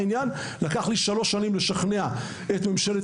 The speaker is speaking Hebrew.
לקח לי שלוש שנים לשכנע את ממשלת